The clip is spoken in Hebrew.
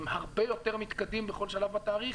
הם הרבה יותר מתקדמים בכל שלב בתאריך,